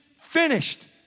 finished